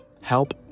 help